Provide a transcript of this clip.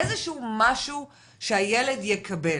איזה שהוא משהו שהילד יקבל